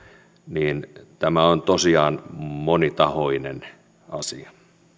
niin tämä on tosiaan monitahoinen asia